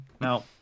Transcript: Now